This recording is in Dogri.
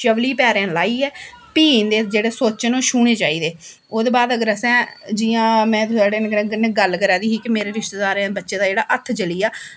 चपली पैरैं लाइयै फ्ही इं'दे जेह्ड़े सुच्च न ओह् छूनें चाहिदे ओह्दे बाद अगर असें जियां में थोआढ़े कन्नै गल्ल करा दी ही कि मेरे रिश्तेदारें दे बच्चे दा जेह्ड़ा हत्थ जली गेआ